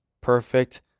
perfect